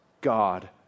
God